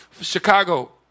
Chicago